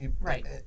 Right